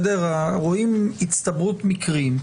רואים הצטברות מקרים,